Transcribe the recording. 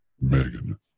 Megan